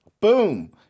Boom